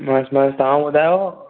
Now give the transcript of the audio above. बसि बसि तव्हां ॿुधायो